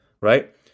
Right